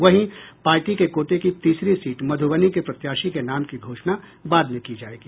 वहीं पार्टी के कोटे की तीसरी सीट मध्रबनी के प्रत्याशी के नाम की घोषणा बाद में की जायेगी